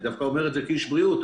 אני אומר את זה כאיש בריאות,